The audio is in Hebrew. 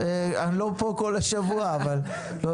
אני לא פה כל השבוע, אבל זה